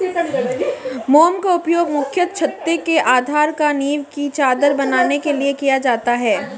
मोम का उपयोग मुख्यतः छत्ते के आधार या नीव की चादर बनाने के लिए किया जाता है